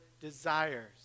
desires